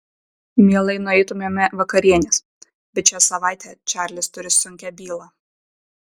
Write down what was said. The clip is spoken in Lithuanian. mielai nueitumėme vakarienės bet šią savaitę čarlis turi sunkią bylą